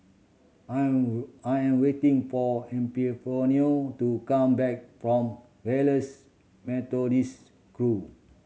I'm I am waiting for Epifanio to come back from Wesley Methodist Grove